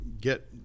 get